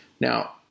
Now